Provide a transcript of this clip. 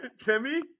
timmy